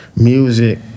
music